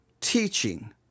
teaching